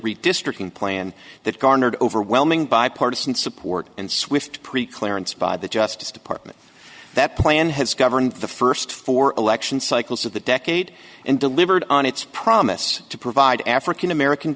redistricting plan that garnered overwhelming bipartisan support and swift pre clearance by the justice department that plan has governed the first four election cycles of the decade and delivered on its promise to provide african american